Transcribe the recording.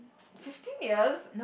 fifteen years